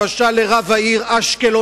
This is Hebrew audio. למשל לרב העיר אשקלון,